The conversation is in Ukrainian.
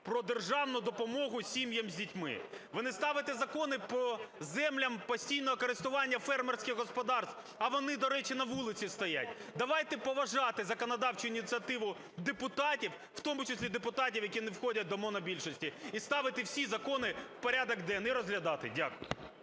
про державну допомогу сім'ям з дітьми. Ви не ставите Закони по землям постійного користування фермерських господарств, а вони, до речі, на вулиці стоять. Давайте поважати законодавчу ініціативу депутатів, у тому числі депутатів, які не входять до монобільшості, і ставити всі закони в порядок денний і розглядати. Дякую.